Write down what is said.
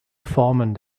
formen